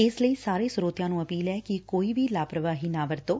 ਇਸ ਲਈ ਸਾਰੇ ਸਰੋਤਿਆਂ ਨੂੰ ਅਪੀਲ ਐ ਕਿ ਕੋਈ ਵੀ ਲਾਪਰਵਾਹੀ ਨਾ ਵਰਤੋਂ